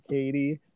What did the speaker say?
Katie